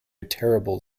terrible